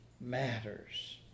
matters